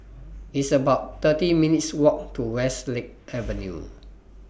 It's about thirty minutes' Walk to Westlake Avenue